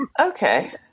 Okay